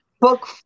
Book